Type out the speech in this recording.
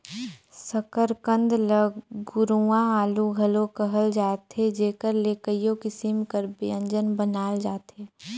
सकरकंद ल गुरूवां आलू घलो कहल जाथे जेकर ले कइयो किसिम कर ब्यंजन बनाल जाथे